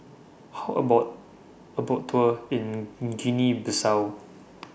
How about A Boat Tour in Guinea Bissau